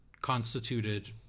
constituted